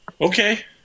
Okay